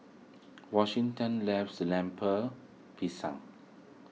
Washington loves Lemper Pisang